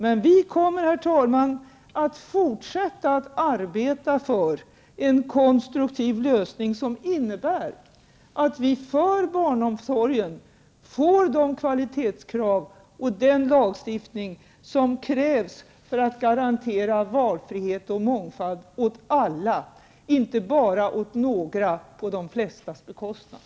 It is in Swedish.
Men vi kommer, herr talman, att fortsätta att arbeta för en konstruktiv lösning som innebär att vi för barnomsorgen får de kvalitetskrav och den lagstiftning som krävs för att garantera valfrihet och mångfald åt alla, inte bara åt några på de flestas bekostnad.